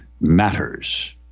matters